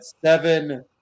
seven